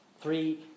Three